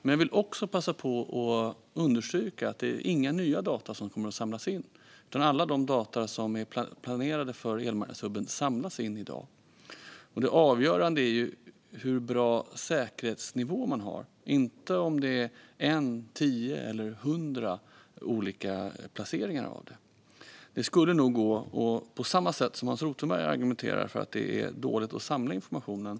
Jag vill också passa på att understryka att det inte är några nya data som kommer att samlas in, utan alla data som är planerade för elmarknadshubben samlas in redan i dag. Det avgörande är hur bra säkerhetsnivån är, inte om det är en, tio eller hundra olika placeringar av information. Det skulle nog gå att argumentera, på samma sätt som Hans Rothenberg gör, för att det är dåligt att samla informationen.